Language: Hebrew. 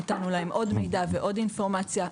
נתנו להם עוד מידע ועוד אינפורמציה,